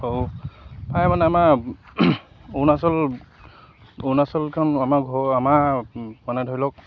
আৰু প্ৰায় মানে আমাৰ অৰুণাচল অৰুণাচলখন আমাৰ ঘৰ আমাৰ মানে ধৰি লওক